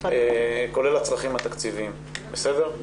כולל הצרכים התקציביים, בסדר?